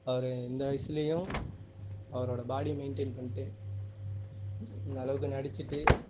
அவர் இந்த வயதிலியும் அவரோடய பாடி மெயின்டைன் பண்ணிட்டு இந்த அளவுக்கு நடித்திட்டு